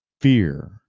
fear